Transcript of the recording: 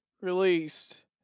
released